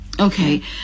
okay